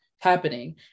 happening